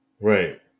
Right